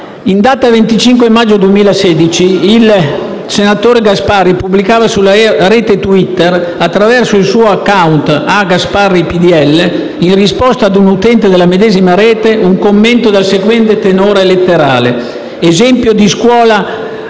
In data 25 maggio 2016, il senatore Gasparri pubblicava sulla rete Twitter, attraverso il suo *account* @gasparripdl, in risposta a una utente della medesima rete, un commento del seguente tenore letterale: «Esempio di scuola